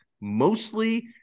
mostly